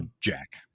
Jack